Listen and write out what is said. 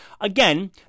Again